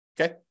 okay